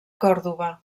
còrdova